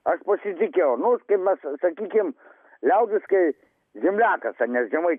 aš pasitikėjau nu kaip mes sakykim liaudiškai zemliakas ar ne žemaitis